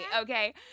Okay